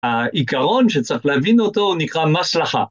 העיקרון שצריך להבין אותו נקרא מסלחה.